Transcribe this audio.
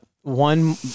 one –